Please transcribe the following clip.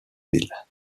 ville